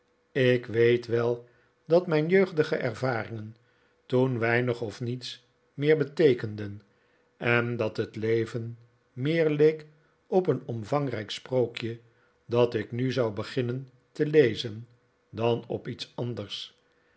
ik weet wel dat mijn jeugdige ervaringen toen weinig of niets meer beteekenden en dat het leven meer leek op een omvangrijk sprookje dat ik nu zou beginnen te lezen dan op iets anders